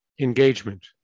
engagement